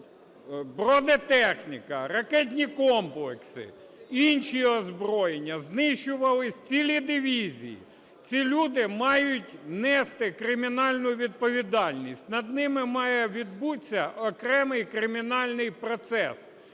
бронетехніка, ракетні комплекси, інші озброєння, знищувалися цілі дивізії, ці люди мають нести кримінальну відповідальність, над ними має відбутися окремий кримінальний процес,